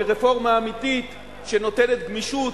לרפורמה אמיתית שנותנת גמישות,